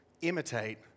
imitate